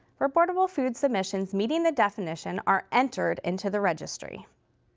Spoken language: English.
reportable food submissions meeting the definition are entered into the registry.